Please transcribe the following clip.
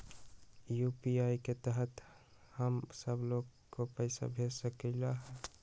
UPI के तहद हम सब लोग को पैसा भेज सकली ह?